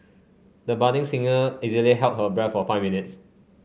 the budding singer easily held her breath for five minutes